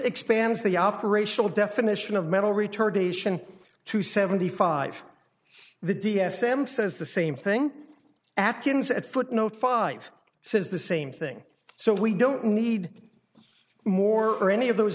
expands the operational definition of mental retardation to seventy five the d s m says the same thing atkins at footnote five says the same thing so we don't need more or any of those